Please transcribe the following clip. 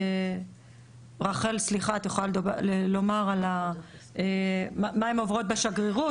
רחל, את יכולה לומר מה הן עוברות בשגרירות?